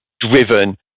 driven